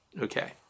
Okay